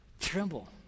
tremble